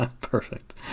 Perfect